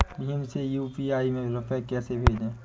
भीम से यू.पी.आई में रूपए कैसे भेजें?